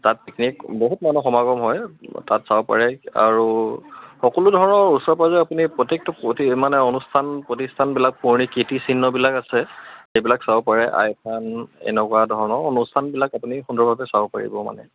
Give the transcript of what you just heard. তাত পিকনিক বহুত মানুহ সমাগম হয় তাত চাব পাৰে আৰু সকলো ধৰণৰ ওচৰে পাঁজৰে আপুনি প্ৰত্যেকটো প্ৰতি মানে অনুষ্ঠান প্ৰতিষ্ঠানবিলাক পুৰণি কীৰ্তিচিহ্নবিলাক আছে সেইবিলাক চাব পাৰে আই থান এনেকুৱা ধৰণৰ অনুষ্ঠানবিলাক আপুনি সুন্দৰভাৱে চাব পাৰিব মানে